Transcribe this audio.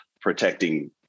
protecting